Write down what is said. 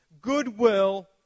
goodwill